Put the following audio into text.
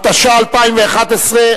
התשע"א 2011,